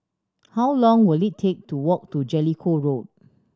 how long will it take to walk to Jellicoe Road